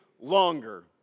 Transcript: longer